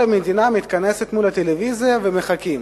כל המדינה מתכנסת מול הטלוויזיה ומחכים.